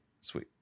sweet